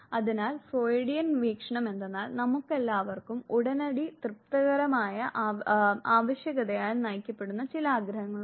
അതിനാൽ ഫ്രോയിഡിയൻ വീക്ഷണം എന്തെന്നാൽ നമുക്കെല്ലാവർക്കും ഉടനടി തൃപ്തികരമായ ആവശ്യകതയാൽ നയിക്കപ്പെടുന്ന ചില ആഗ്രഹങ്ങളുണ്ട്